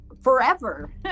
forever